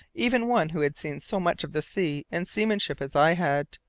even one who had seen so much of the sea and seamanship as i had.